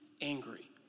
angry